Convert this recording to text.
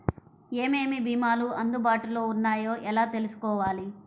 ఏమేమి భీమాలు అందుబాటులో వున్నాయో ఎలా తెలుసుకోవాలి?